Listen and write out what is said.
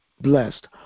blessed